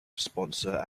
sponsor